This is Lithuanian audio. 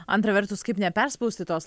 antra vertus kaip neperspausti tos